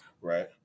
Right